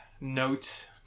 note